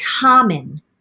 common